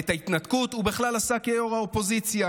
את ההתנתקות הוא בכלל עשה כיו"ר האופוזיציה,